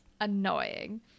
annoying